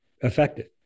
effective